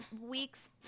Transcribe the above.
weeks